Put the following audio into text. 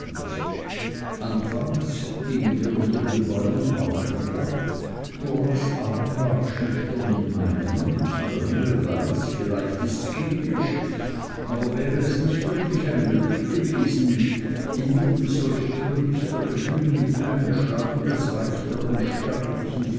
anfangs gingen wir unter den bäumen auf und ab doras arm lag schüchtern in meinem und der himmel weiß vielleicht ists kindisch aber wäre es nicht wirklich ein glück gewesen inmitten solch törichter gefühle mit einem schlag in das reich der unsterblichen